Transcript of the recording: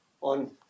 on